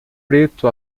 preto